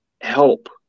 help